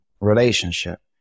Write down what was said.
relationship